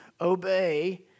obey